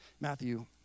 Matthew